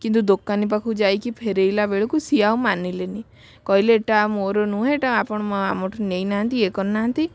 କିନ୍ତୁ ଦୋକାନୀ ପାଖକୁ ଯାଇକି ଫେରାଇଲା ବେଳକୁ ସିଏ ଆଉ ମାନିଲେନି କହିଲେ ଏଇଟା ମୋର ନୁହେଁ ଏଇଟା ଆପଣ ଆମଠୁ ନେଇ ନାହାଁନ୍ତି ଇଏ କରି ନାହାଁନ୍ତି